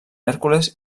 hèrcules